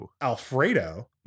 Alfredo